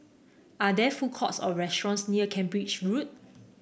are there food courts or restaurants near Cambridge Road